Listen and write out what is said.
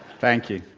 thank you.